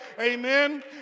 Amen